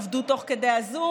עבדו תוך כדי הזום,